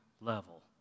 level